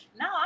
No